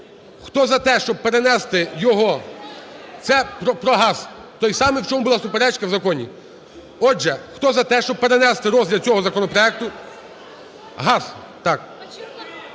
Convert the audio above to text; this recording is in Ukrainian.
Хто за те, щоб перенести його… Це про газ, той самий, в чому була суперечка в законі. Отже, хто за те, щоб перенести розгляд цього законопроекту… Газ, так.